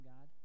God